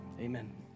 amen